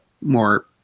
more